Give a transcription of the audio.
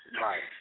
Right